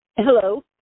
Hello